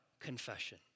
confession